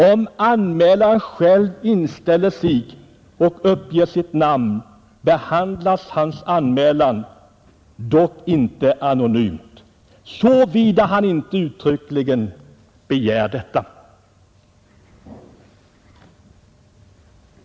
Om anmälaren själv inställer sig och uppger sitt namn, behandlas hans anmälan, dock inte anonymt såvida han inte uttryckligen begär detta.